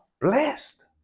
blessed